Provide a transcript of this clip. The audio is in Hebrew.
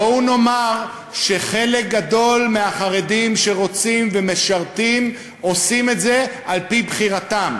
בואו נאמר שחלק גדול מהחרדים שרוצים ומשרתים עושים את זה על-פי בחירתם,